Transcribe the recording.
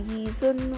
Season